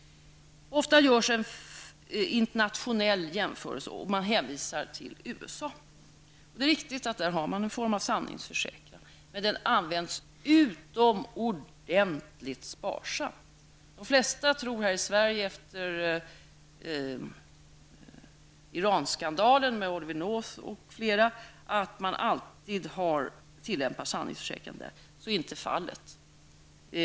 Ofta görs en internationell jämförelse och man hänvisar till USA. Det är riktigt att man där har en form av sanningsförsäkran, men den används utomordentligt sparsamt. De flesta här i Sverige tror, efter Iran-skandalen med Oliver North och flera andra, att man alltid tillämpar sanningsförsäkran där. Så är inte fallet.